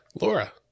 Laura